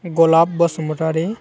गलाब बसुमतारि